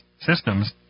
systems